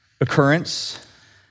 occurrence